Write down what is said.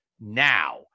now